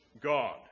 God